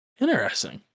Interesting